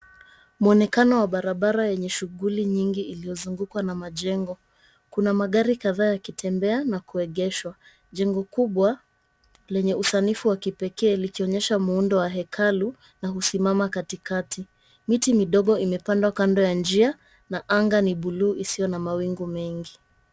Muonekano wa barabara yenye shughuli nyingi iliyozungukwa na majengo. Kuna magari kadhaa yakitembea na kuegeshwa. Jengo kubwa lenye usanifu wa kipekee likionyesha muundo wa hekalu na kusimama katikati. Miti midogo imepandwa kando ya njia na anga ni buluu isiyo na mawingu mengi.